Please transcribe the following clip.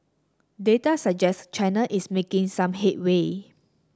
data suggests China is making some headway